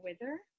wither